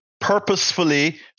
purposefully